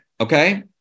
okay